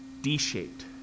d-shaped